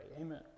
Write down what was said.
Amen